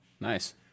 Nice